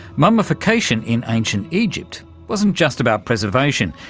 mummification in ancient egypt wasn't just about preservation.